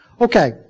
Okay